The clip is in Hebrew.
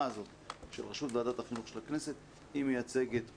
הזאת של ראשות ועדת החינוך של הכנסת היא מייצגת אותנו,